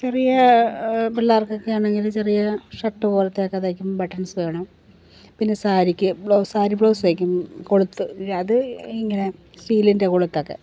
ചെറിയ പിള്ളേർക്കക്കെ ആണെങ്കില് ചെറിയ ഷർട്ട് പോലത്തെ ഒക്കെ തൈക്കുമ്പോൾ ബട്ടൻസ് വേണം പിന്നെ സാരിക്ക് ബ്ലൗസ് സാരി ബ്ലൗസ് തൈക്കും കൊളുത്ത് അത് ഇങ്ങനെ സ്റ്റീലിൻ്റെ കൊളുത്തൊക്കെ